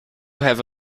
have